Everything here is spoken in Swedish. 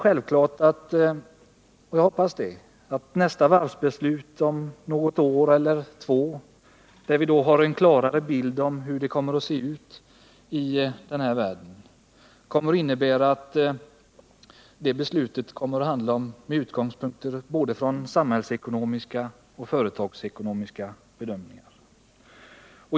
Jag hoppas att nästa varvsbeslut om något år eller två, när vi har en klarare bild av hur det ser ut i denna värld, kommer att grundas på både samhällsekonomiska och företagsekonomiska bedömningar.